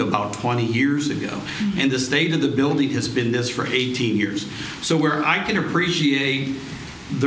about twenty years ago and the state of the building has been this for eighteen years so where i can appreciate the